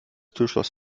türschloss